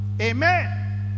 Amen